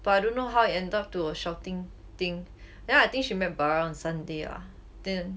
but I don't know how it ended up to a shouting thing then I think she met bara on sunday ah then